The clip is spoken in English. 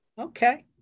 Okay